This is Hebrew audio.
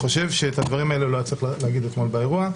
את הדברים האלה הוא לא היה צריך להגיד אתמול באירוע,